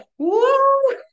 whoa